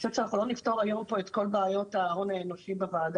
אני חושבת שאנחנו לא נפתור פה היום את כל בעיות ההון האנושי בוועדה.